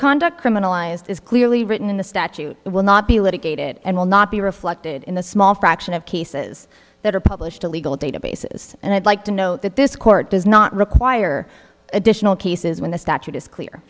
conduct criminalized is clearly written in the statute it will not be litigated and will not be reflected in the small fraction of cases that are published the legal databases and i'd like to note that this court does not require additional cases when the statute is clear